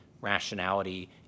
rationality